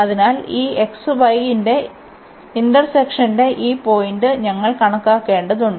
അതിനാൽ ഈ xy 2 ന്റെ ഇന്റർസെക്ഷൻന്റെ ഈ പോയിന്റ് ഞങ്ങൾ കണക്കാക്കേണ്ടതുണ്ട്